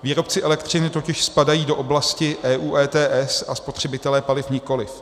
Výrobci elektřiny totiž spadají do oblasti EU ETS a spotřebitelé paliv nikoliv.